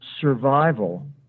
survival